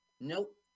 nope